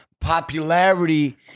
popularity